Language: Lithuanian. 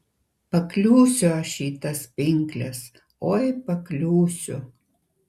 pakliūsiu aš į tas pinkles oi pakliūsiu